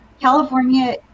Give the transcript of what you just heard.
California